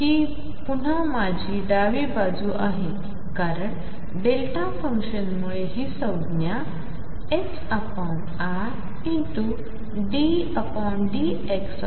तर ही पुन्हा माझी डावी बाजू आहे कारण डेल्टा फंक्शनमुळे ही संज्ञा idndx असेल ठीक आहे